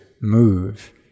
move